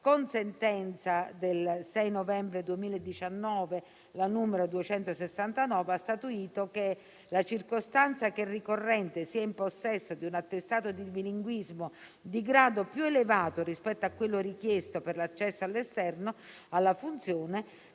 la sentenza n. 269 del 6 novembre 2019, ha statuito che la circostanza che il ricorrente sia in possesso di un attestato di bilinguismo di grado più elevato rispetto a quello richiesto per l'accesso dall'esterno alla funzione